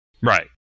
Right